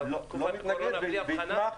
אבל תקופת הקורונה בלי הבחנה?